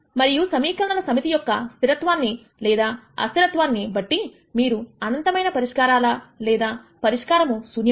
మరియు సమీకరణల సమితి యొక్కస్థిరత్వాన్ని లేదా అస్థిరత్వాన్ని బట్టి మీరు అనంతమైన పరిష్కారాలా లేదా పరిష్కారము శూన్యమా